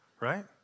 right